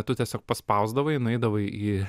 tu tiesiog paspausdavai nueidavai į